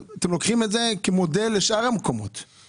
את המקומות האלה כמודל ותסתכלו איך שם הגיעו למצב הזה.